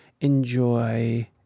enjoy